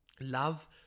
love